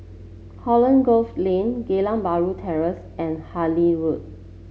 Holland Grove Lane Geylang Bahru Terrace and Harlyn Road